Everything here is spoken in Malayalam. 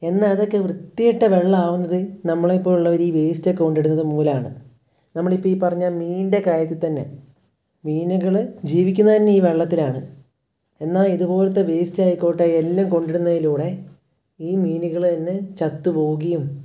എന്നാൽ അതൊക്കെ വൃത്തികെട്ട വെള്ളമാവുന്നത് നമ്മളെപ്പോലുള്ളവർ ഈ വേസ്റ്റൊക്കെ കൊണ്ടിടുന്നത് മൂലമാണ് നമ്മളിപ്പോൾ പറഞ്ഞ മീനിൻ്റെ കാര്യത്തിൽത്തന്നെ മീനുകൾ ജീവിക്കുന്നത് തന്നെ ഈ വെള്ളത്തിലാണ് എന്നാൽ ഇതുപോലത്തെ വേസ്റ്റായിക്കോട്ടെ എല്ലാം കൊണ്ടുവരുന്നതിലൂടെ ഈ മീനുകൾ തന്നെ ചത്തു പോവുകയും